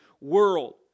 world